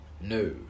No